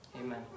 Amen